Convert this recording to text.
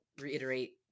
reiterate